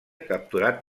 capturat